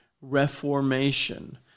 reformation